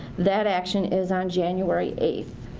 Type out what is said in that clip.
that action is on january eighth.